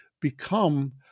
become